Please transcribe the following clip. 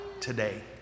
today